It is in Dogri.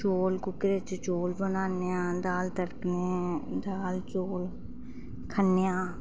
चौल कुक्करे च चौल बनान्ने आं दाल तड़कने दाल चौल खन्ने आं